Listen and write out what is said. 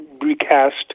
recast